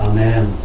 Amen